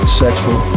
sexual